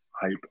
hype